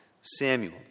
Samuel